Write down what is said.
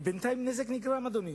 ובינתיים נזק נגרם, אדוני.